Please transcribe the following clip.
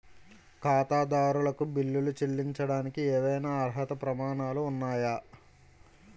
ఖాతాదారులకు బిల్లులు చెల్లించడానికి ఏవైనా అర్హత ప్రమాణాలు ఉన్నాయా?